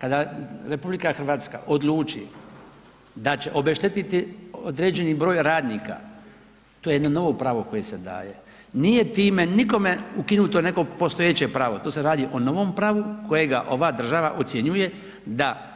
Kada RH odluči da će obeštetiti određeni broj radnika, to je jedno novo pravo koje se daje, nije time nikome ukinuto neko postojeće pravo, tu se radi o novom pravu kojega ova država ocjenjuje da